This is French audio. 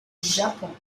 japon